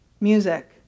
Music